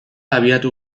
abiatu